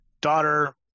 daughter